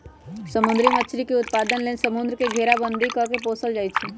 समुद्री मछरी के उत्पादन लेल समुंद्र के घेराबंदी कऽ के पोशल जाइ छइ